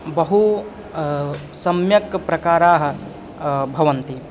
बहवः सम्यक् प्रकाराः भवन्ति